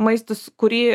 maistas kurį